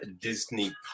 Disney